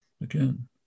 again